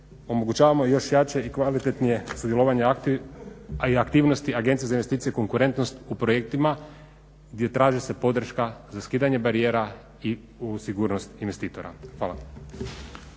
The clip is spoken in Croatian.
omogućavamo još jače i kvalitetnije sudjelovanje a i aktivnosti Agencije za investicije i konkurentnost u projektima gdje traži se podrška za skidanje barijera i u sigurnost investitora. Hvala.